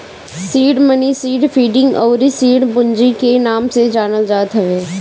seed money seed funding अउरी seed पूंजी के नाम से जानल जात हवे